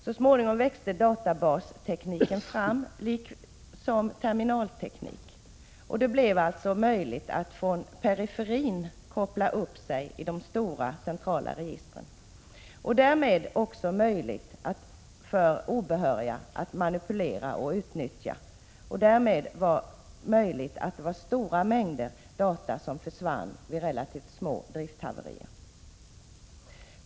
Så småningom växte databastekniken fram liksom terminalteknik. Det blev alltså möjligt att utifrån periferin koppla upp sig i de stora centrala registren och därmed också möjligt för obehöriga att manipulera och utnyttja — och det var därmed som stora mängder data försvann vid relativt små drifthaverier.